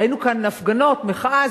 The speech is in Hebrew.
ראינו כאן הפגנות מחאה,